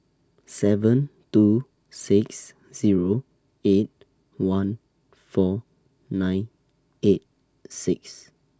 seven two six Zero eight one four nine eight six